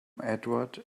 edward